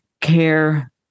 care